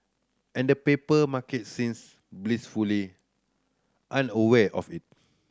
and the paper market seems blissfully unaware of it